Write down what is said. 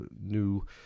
new